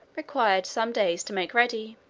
required some days to make ready.